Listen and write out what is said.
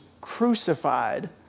crucified